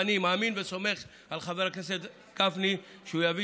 ואני מאמין וסומך על חבר הכנסת גפני שיביא